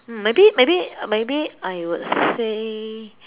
um maybe maybe maybe I would say